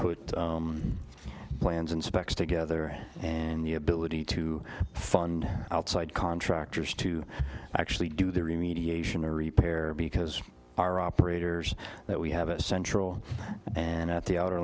put plans and specs together and the ability to fund outside contractors to actually do the remediate repaired because our operators that we have a central and at the outer